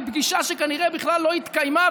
בפגישה שכנראה לא התקיימה.